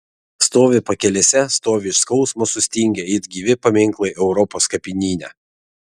stovi pakelėse stovi iš skausmo sustingę it gyvi paminklai europos kapinyne